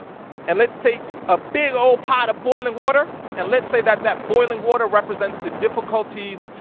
and let's take a big old pot of boiling water and let's say that that boiling water represents the difficulties,